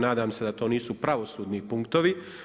Nadam se da to nisu pravosudni punktovi.